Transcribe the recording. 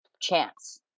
chance